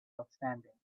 outstanding